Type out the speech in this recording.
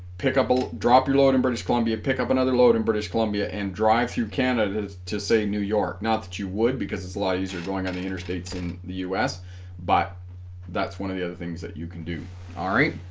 pick up a drop your load in british columbia pick up another load in british columbia and drive through canada to say new york not that you would because it's a lot easier going on the interstates in the us but that's one of the other things that you can do all right